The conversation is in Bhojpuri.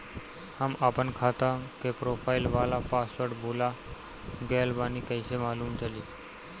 हम आपन खाता के प्रोफाइल वाला पासवर्ड भुला गेल बानी कइसे मालूम चली?